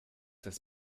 das